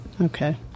okay